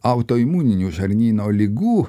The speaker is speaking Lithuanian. autoimuninių žarnyno ligų